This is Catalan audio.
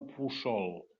puçol